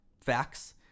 facts